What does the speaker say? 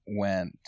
went